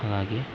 అలాగే